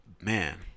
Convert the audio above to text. man